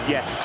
Yes